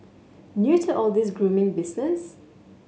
new to all this grooming business